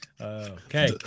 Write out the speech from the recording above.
Okay